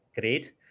great